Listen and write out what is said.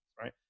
right